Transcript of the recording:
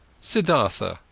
Siddhartha